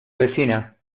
avecina